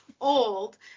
old